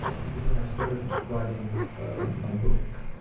because when i started writing my book,